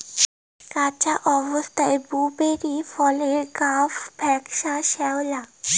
কাঁচা অবস্থাত ব্লুবেরি ফলের গাব ফ্যাকসা শ্যামলা